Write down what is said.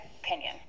opinion